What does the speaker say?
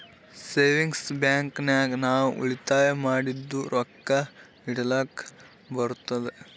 savings bank ನಾಗ್ ನಾವ್ ಉಳಿತಾಯ ಮಾಡಿದು ರೊಕ್ಕಾ ಇಡ್ಲಕ್ ಬರ್ತುದ್